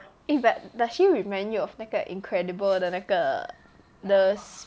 eh but does remind you of 那个 incredible 的那个 nurse